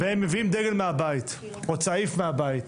והם מביאים דגל מהבית או צעיף מהבית,